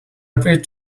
appeared